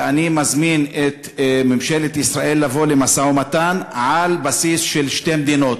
ואני מזמין את ממשלת ישראל לבוא למשא-ומתן על בסיס של שתי מדינות.